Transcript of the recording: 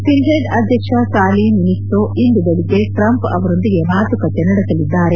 Finland ಅಧ್ಯಕ್ಷ Sauli Niinisto ಇಂದು ಬೆಳಗ್ಗೆ ಟ್ರಂಪ್ ಅವರೊಂದಿಗೆ ಮಾತುಕತೆ ನಡೆಸಲಿದ್ದಾರೆ